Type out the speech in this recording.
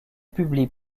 publie